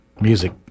music